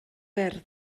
wyrdd